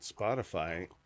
spotify